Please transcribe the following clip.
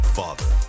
father